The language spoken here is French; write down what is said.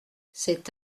c’est